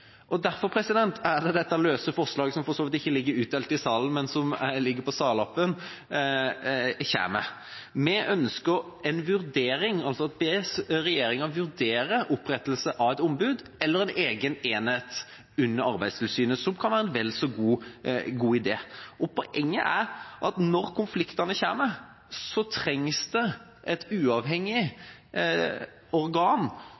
ombud. Derfor er det dette løse forslaget – som for så vidt ikke ligger utdelt i salen, men som ligger på salappen – kommer. Vi ønsker en vurdering, altså å be regjeringa vurdere opprettelse av et ombud eller en egen enhet under Arbeidstilsynet, som kan være en vel så god idé. Poenget er at når konfliktene kommer, trengs det et uavhengig organ